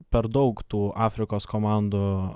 per daug tų afrikos komandų